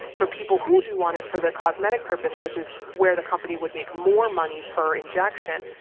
for people who do want it for the cosmetic purpose, which is where the company would make more money per injection,